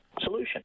solution